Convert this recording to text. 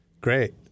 Great